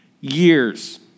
years